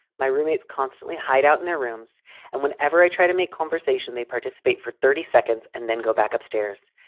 my roommates constantly hide out in their rooms and whenever i try to make conversation, they participate for thirty seconds and then go back upstairs.